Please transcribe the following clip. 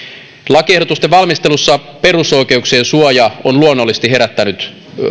lakiehdotusten valmistelussa perusoikeuksien suoja on luonnollisesti herättänyt